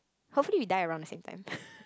hopefully you die around the same time